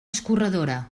escorredora